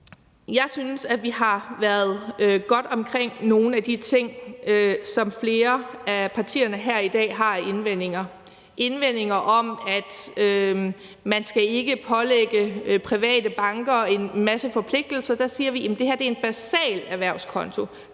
Jeg synes, at vi har været godt omkring nogle af de ting, som flere af partierne her i dag har indvendinger mod – indvendinger mod, at man ikke skal pålægge private banker en masse forpligtelser. Til det siger vi, at det her er en basal erhvervskonto.